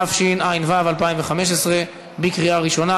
התשע"ו 2015, קריאה ראשונה.